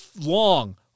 long